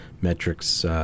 Metrics